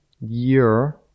year